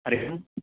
हरिः ओं